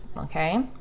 Okay